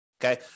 Okay